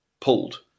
pulled